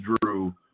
drew